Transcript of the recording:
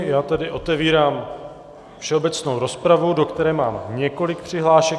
Já tedy otevírám všeobecnou rozpravu, do které mám několik přihlášek.